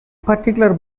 particular